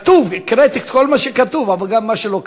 כתוב, הקראת את כל מה שכתוב, אבל גם מה שלא כתוב.